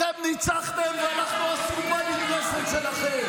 אתם ניצחתם ואנחנו אסקופה נדרסת שלכם.